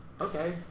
okay